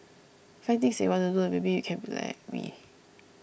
find things that you want to do and maybe you can be like me